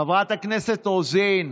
חברת הכנסת רוזין,